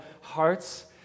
hearts